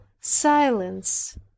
silence